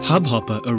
Hubhopper